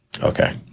Okay